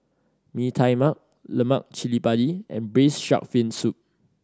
Mee Tai Mak Lemak Cili Padi and Braised Shark Fin Soup